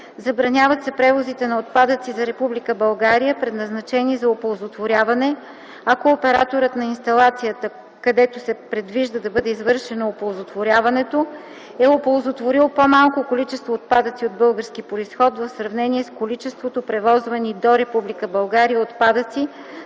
Забраняват се превозите на отпадъци за Република България, предназначени за оползотворяване, ако операторът на инсталацията, където се предвижда да бъде извършено оползотворяването, е оползотворил по-малко количество отпадъци от български произход в сравнение с количеството превозвани до Република